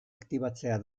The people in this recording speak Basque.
aktibatzea